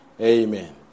Amen